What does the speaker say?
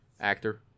actor